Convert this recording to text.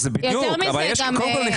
קודם כול,